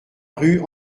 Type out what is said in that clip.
rue